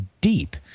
deep